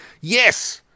Yes